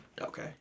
Okay